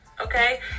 Okay